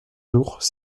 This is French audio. lourds